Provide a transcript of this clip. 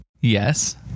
Yes